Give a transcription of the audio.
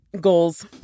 Goals